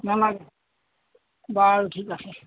নালাগে বাৰু ঠিক আছে